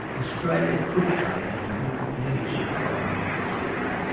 australia could play an important leadership role in this respect.